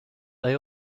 they